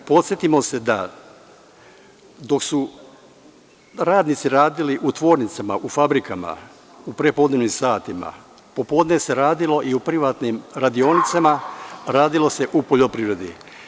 Ali, podsetimo se da dok su radnici radili u tvornicama, u fabrikama, u prepodnevnim satima, popodne se radilo i u privatnim radionicama, radilo se u poljoprivredi.